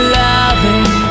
loving